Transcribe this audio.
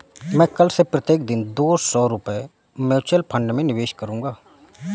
मैं कल से प्रत्येक दिन दो सौ रुपए म्यूचुअल फ़ंड में निवेश करूंगा